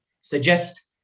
suggest